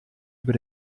über